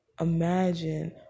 Imagine